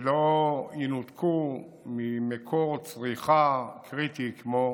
שלא ינותקו ממקור צריכה קריטי כמו